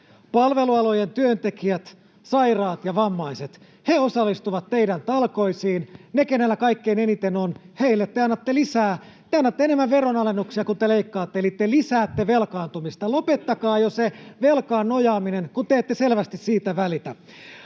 palvelualojen työntekijät, sairaat ja vammaiset. He osallistuvat teidän talkoisiinne. Niille, kenellä kaikkein eniten on, te annatte lisää. Te annatte enemmän veronalennuksia kuin te leikkaatte, eli te lisäätte velkaantumista. Lopettakaa jo se velkaan nojaaminen, kun te ette selvästi siitä välitä.